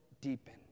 deepen